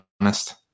honest